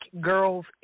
Girls